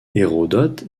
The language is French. hérodote